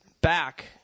back